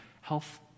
health